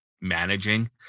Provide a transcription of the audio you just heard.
managing